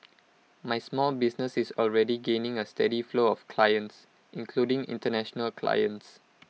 my small business is already gaining A steady flow of clients including International clients